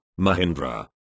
Mahindra